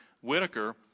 Whitaker